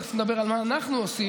תכף נדבר על מה שאנחנו עושים,